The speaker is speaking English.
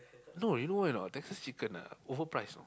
no you know why or not Texas chicken ah overprice you know